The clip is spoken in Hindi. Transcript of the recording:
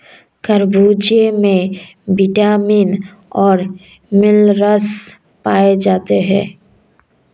खरबूजे में विटामिन और मिनरल्स पाए जाते हैं